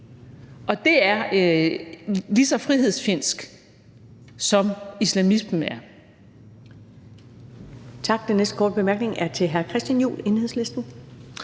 Og det er lige så frihedsfjendsk, som islamismen er.